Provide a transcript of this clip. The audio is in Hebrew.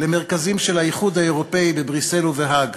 למרכזים של האיחוד האירופי בבריסל ובהאג.